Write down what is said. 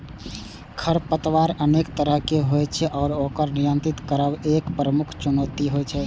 खरपतवार अनेक तरहक होइ छै आ ओकर नियंत्रित करब एक प्रमुख चुनौती होइ छै